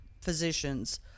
physician's